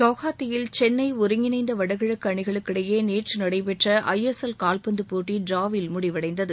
கவுஹாத்தியில் சென்னை ஒருங்கிணைந்த வடகிழக்கு அணிகளுக்கிடையே நேற்று நடைபெற்ற ஐஎஸ்எல் கால்பந்து போட்டி டிராவில் முடிவடைந்தது